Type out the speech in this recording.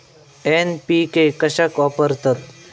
NPK कशाक वापरतत?